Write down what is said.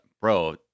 Bro